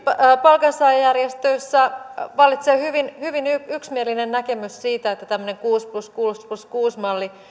palkansaajajärjestöissä vallitsee hyvin hyvin yksimielinen näkemys siitä että tämmöinen kuusi plus kuusi plus kuusi malli